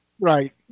Right